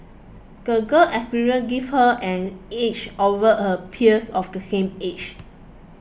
the girl experiences give her an edge over her peers of the same age